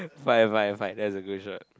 fine fine fine thats a good shot